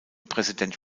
präsident